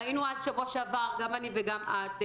ראינו בשבוע שעבר - גם אני וגם את,